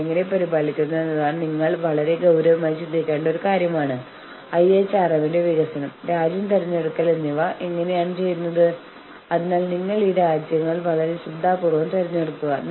നിങ്ങളുടെ നിബന്ധനകളോട് വിയോജിക്കുന്നതിനുള്ള വില വളരെ ഉയർന്നതായിരിക്കുമെന്ന് ചർച്ചകളിൽ നിങ്ങളുടെ എതിരാളിയെ ബോധ്യപ്പെടുത്തുന്നതിൽ ശ്രദ്ധ കേന്ദ്രീകരിക്കുന്നു